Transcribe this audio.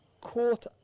caught